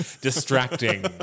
distracting